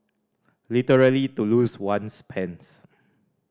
literally to lose one's pants